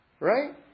right